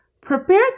prepare